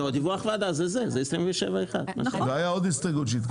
דיווח לוועדה זה 27(1). הייתה עוד הסתייגות שהתקבלה.